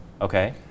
Okay